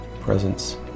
presence